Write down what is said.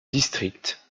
district